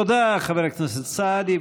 תודה, חבר הכנסת סעדי.